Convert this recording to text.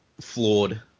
flawed